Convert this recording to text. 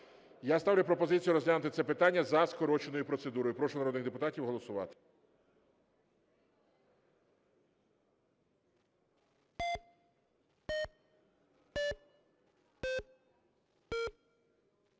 Я ставлю пропозицію розглянути це питання за скороченою процедурою. Прошу народних депутатів голосувати.